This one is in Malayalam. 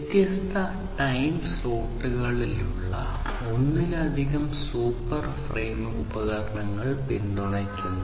വ്യത്യസ്ത ടൈം സ്ലോട്ടുകളുള്ള ഒന്നിലധികം സൂപ്പർ ഫ്രെയിമുകളെ ഉപകരണങ്ങൾ പിന്തുണയ്ക്കുന്നു